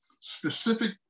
specific